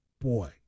Boy